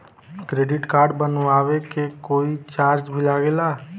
Credit card बनवावे के कोई चार्ज भी लागेला?